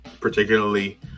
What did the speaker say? particularly